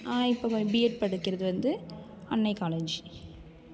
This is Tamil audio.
இப்போ பிஎட் படிக்கிறது வந்து அன்னை காலேஜ்